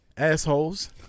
assholes